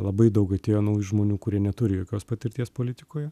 labai daug atėjo naujų žmonių kurie neturi jokios patirties politikoje